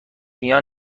میان